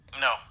no